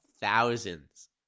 thousands